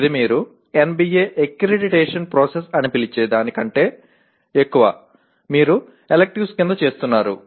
ఇది మీరు NBA accreditation process అని పిలిచే దాని కంటే ఎక్కువ మీరు ఎలిక్టివ్స్ కింద చేస్తున్నారు